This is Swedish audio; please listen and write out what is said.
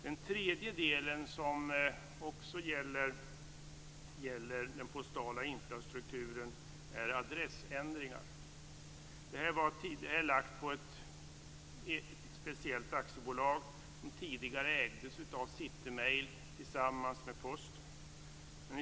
Den tredje delen av den postala infrastrukturen gäller adressändringar. De låg på ett speciellt aktiebolag som tidigare ägdes av Citymail tillsammans med Posten.